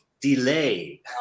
delay